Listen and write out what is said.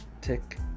tick